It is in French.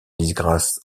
disgrâce